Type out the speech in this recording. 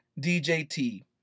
DJT